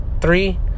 three